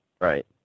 Right